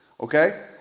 okay